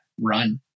run